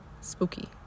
spooky